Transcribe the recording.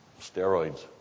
steroids